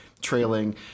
trailing